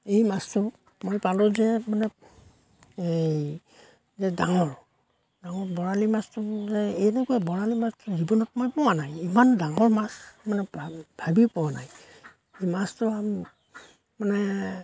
এই মাছটো মই পালোঁ যে মানে এই যে ডাঙৰ ডাঙৰ বৰালী মাছটো এনেকুৱাই বৰালী মাছ জীৱনত মই পোৱা নাই ইমান ডাঙৰ মাছ মানে ভাব ভাবিয়ে পোৱা নাই মাছটো মানে